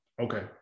Okay